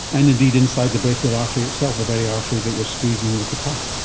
and indeed inside the brachial artery itself, the very artery that you're squeezing with the cuff.